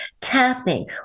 Tapping